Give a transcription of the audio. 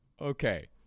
Okay